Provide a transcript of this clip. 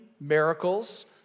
miracles